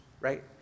right